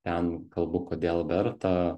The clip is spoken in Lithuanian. ten kalbu kodėl verta